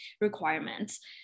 requirements